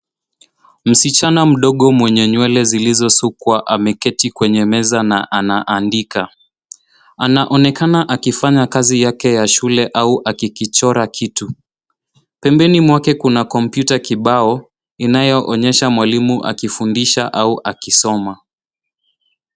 Msichana mdogo mwenye nywele zilizosukwa ameketi kwenye meza na anaandika. Anaonekana akifanya kazi yake ya shule au akikichora kitu. Pembeni mwake kuna kompyuta kibao inayoonyesha mwalimu akifundisha au akisoma.